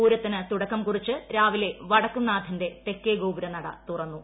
പൂരത്തിന് തുടക്കം കുറിച്ച് രാവിലെ വടക്കുംനാഥന്റെ തെക്കേഗോപുരനട തുറന്നു